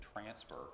transfer